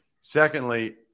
Secondly